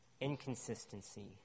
inconsistency